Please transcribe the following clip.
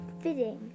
fitting